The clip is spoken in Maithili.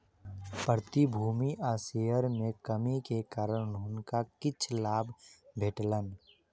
प्रतिभूति आ शेयर में कमी के कारण हुनका किछ लाभ भेटलैन